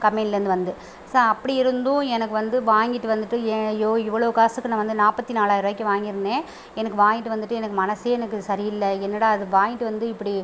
கம்பேனிலேந்து வந்து ச அப்படி இருந்தும் எனக்கு வந்து வாங்கிட்டு வந்துட்டு ஏன் அய்யோ இவ்வளோ காசுக்கு நான் வந்து நாற்பத்தி நாலாயரூபாய்க்கி வாங்கியிருந்தேன் எனக்கு வாங்கிட்டு வந்துட்டு எனக்கு மனசே எனக்கு சரியில்லை என்னடா இது வாங்கிட்டு வந்து இப்படி